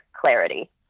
clarity